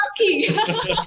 lucky